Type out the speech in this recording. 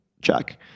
check